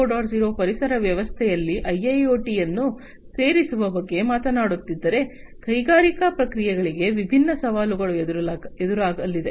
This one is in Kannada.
0 ಪರಿಸರ ವ್ಯವಸ್ಥೆಯಲ್ಲಿ ಐಐಒಟಿಯನ್ನು ಸೇರಿಸುವ ಬಗ್ಗೆ ಮಾತನಾಡುತ್ತಿದ್ದರೆ ಕೈಗಾರಿಕಾ ಪ್ರಕ್ರಿಯೆಗಳಿಗೆ ವಿಭಿನ್ನ ಸವಾಲುಗಳು ಎದುರಾಗಲಿವೆ